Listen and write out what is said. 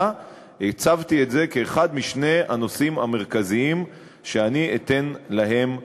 הצבתי את זה כאחד משני הנושאים המרכזיים שאני אתן בהם דגש.